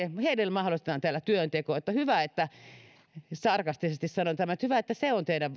mahdollistetaan täällä työnteko hyvä sarkastisesti sanon tämän että se on